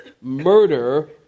murder